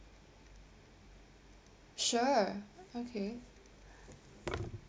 sure okay